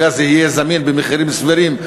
הגז יהיה במחירים זמינים,